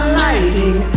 lighting